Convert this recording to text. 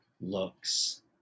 looks